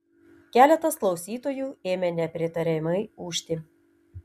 keletas klausytojų ėmė nepritariamai ūžti